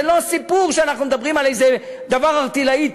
זה לא סיפור שאנחנו מדברים על איזה דבר ערטילאי,